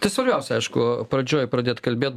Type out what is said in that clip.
tai svarbiausia aišku pradžioj pradėt kalbėt